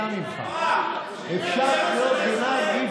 קריאה שנייה.